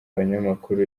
abanyamakuru